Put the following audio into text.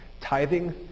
tithing